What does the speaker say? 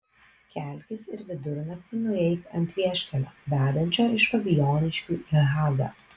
kelkis ir vidurnaktį nueik ant vieškelio vedančio iš fabijoniškių į hagą